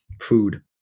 food